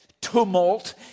tumult